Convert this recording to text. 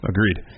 Agreed